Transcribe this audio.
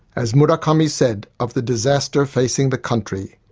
as murakami said of the disaster facing the country,